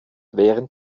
während